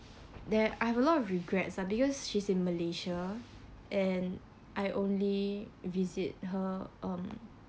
that I have a lot of regrets ah because she's in malaysia and I only visit her um